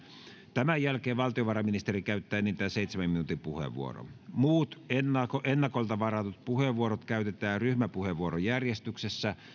tämän jälkeen valtiovarainministeri käyttää enintään seitsemän minuutin puheenvuoron muut ennakolta varatut puheenvuorot käytetään ryhmäpuheenvuorojärjestyksessä